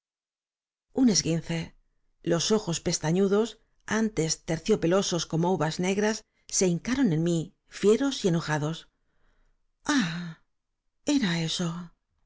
un esguince los ojos pestañudos antes terciopelosos como uvas negras se hincaron en mí fieros enojados ah era